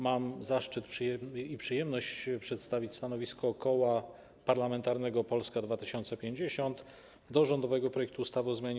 Mam zaszczyt i przyjemność przedstawić stanowisko Koła Parlamentarnego Polska 2050 odnośnie do rządowego projektu ustawy o zmianie